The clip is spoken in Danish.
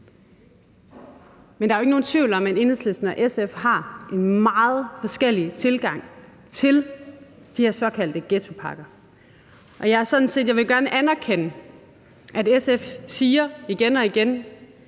Men der er jo ikke nogen tvivl om, at Enhedslisten og SF har en meget forskellig tilgang til de her såkaldte ghettopakker. Jeg vil gerne anerkende, at SF igen og igen